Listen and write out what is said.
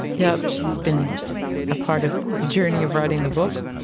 yeah she's been a part of the journey of writing the book.